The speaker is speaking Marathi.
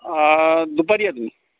दुपारी या तुम्ही